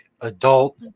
adult